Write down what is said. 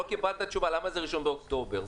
לקבלת למה זה בראשון באוקטובר?